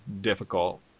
difficult